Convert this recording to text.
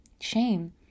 shame